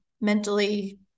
mentally